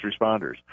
responders